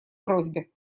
просьбе